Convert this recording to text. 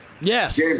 Yes